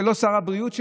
ולא שר הבריאות,